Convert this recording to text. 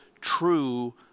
true